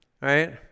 Right